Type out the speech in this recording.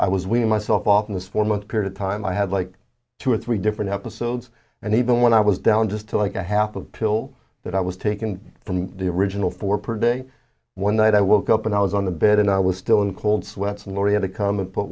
i was wean myself off of this four month period time i had like two or three different episodes and even when i was down just like a half a pill that i was taken from the original four per day one night i woke up and i was on the bed and i was still in cold sweats loria to come and put